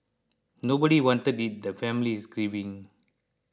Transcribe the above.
nobody wanted it the family is grieving